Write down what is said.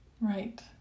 Right